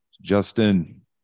Justin